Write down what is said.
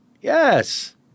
Yes